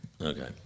Okay